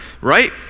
right